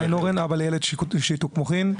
אבא לילד עם שיתוק מוחין.